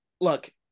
look